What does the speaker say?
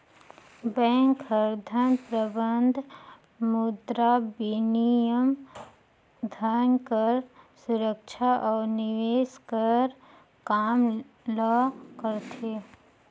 bank हर धन प्रबंधन, मुद्राबिनिमय, धन कर सुरक्छा अउ निवेस कर काम ल करथे